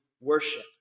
worship